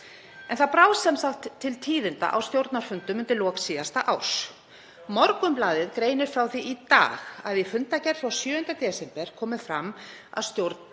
Það dró sem sagt til tíðinda á stjórnarfundum undir lok síðasta árs. Morgunblaðið greinir frá því í dag að í fundargerð frá 7. desember komi fram að stjórn